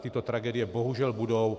Tyto tragédie bohužel budou.